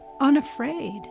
unafraid